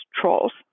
trolls